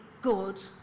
good